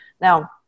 Now